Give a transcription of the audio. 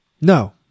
No